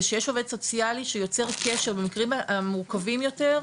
זה שיש עובד סוציאלי שיוצר קשר במקרים המורכבים יותר,